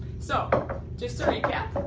so just to recap,